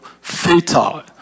fatal